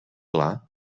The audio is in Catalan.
clar